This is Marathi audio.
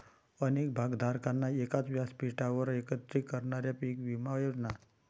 अनेक भागधारकांना एकाच व्यासपीठावर एकत्रित करणाऱ्या पीक विमा योजना